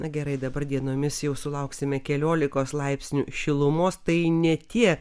na gerai dabar dienomis jau sulauksime keliolikos laipsnių šilumos tai ne tie